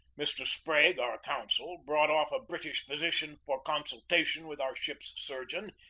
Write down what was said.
mr. sprague, our consul, brought off a british physician for consultation with our ship's surgeon,